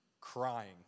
crying